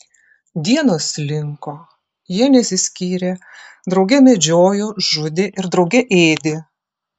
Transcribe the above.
dienos slinko jie nesiskyrė drauge medžiojo žudė ir drauge ėdė